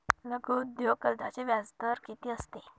लघु उद्योग कर्जाचे व्याजदर किती असते?